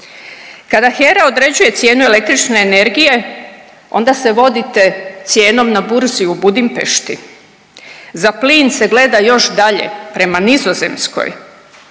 Kada HERA određuje cijenu električne energije, onda se vodite cijenom na burzi u Budimpešti, za plin se gleda još dalje, prema Nizozemskoj.